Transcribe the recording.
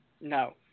No